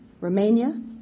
Romania